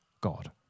God